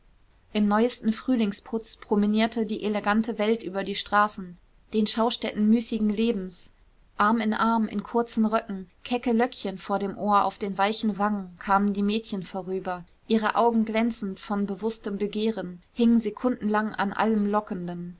im neuesten frühlingsputz promenierte die elegante welt über die straßen den schaustätten müßigen lebens arm in arm in kurzen röcken kecke löckchen vor dem ohr auf den weichen wangen kamen die mädchen vorüber ihre augen glänzend von bewußtem begehren hingen sekundenlang an allem lockenden